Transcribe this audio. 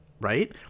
right